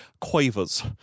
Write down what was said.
quavers